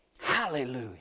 Hallelujah